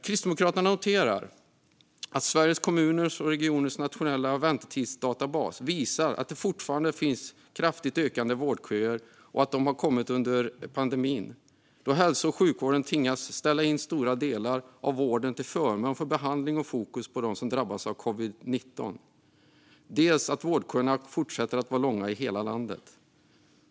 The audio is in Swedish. Kristdemokraterna noterar att Sveriges Kommuner och Regioners nationella väntetidsdatabas visar att det fortfarande finns kraftigt ökande vårdköer och att de har kommit under pandemin då hälso och sjukvården har tvingats ställa in stora delar av vården till förmån för behandling och fokus på dem som drabbats av covid-19, och vårdköerna fortsätter att vara långa i hela landet.